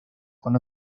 con